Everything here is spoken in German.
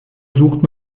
sucht